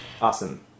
Awesome